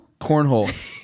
Cornhole